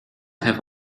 have